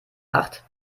acht